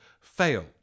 fail